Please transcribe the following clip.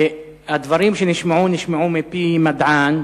הדברים שנשמעו נשמעו מפי מדען,